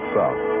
South